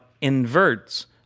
inverts